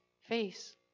face